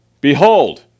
Behold